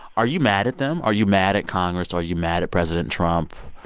are you mad at them? are you mad at congress? are you mad at president trump?